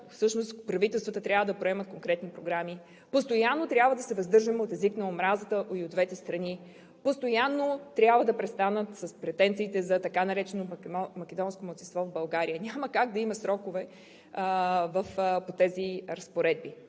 всъщност правителствата трябва да приемат конкретни програми. Постоянно трябва да се въздържаме от езика на омразата и от двете страни. Постоянно трябва да престанат претенциите за така нареченото македонско малцинство в България. Няма как да има срокове по тези разпоредби.